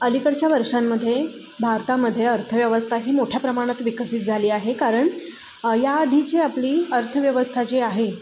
अलीकडच्या वर्षांमध्ये भारतामध्ये अर्थव्यवस्था ही मोठ्या प्रमाणात विकसित झाली आहे कारण याआधी जी आपली अर्थव्यवस्था जी आहे